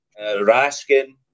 Raskin